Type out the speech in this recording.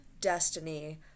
destiny